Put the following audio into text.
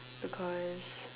because